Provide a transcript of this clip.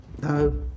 No